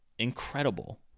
incredible